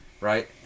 right